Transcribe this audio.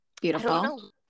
beautiful